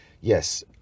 yes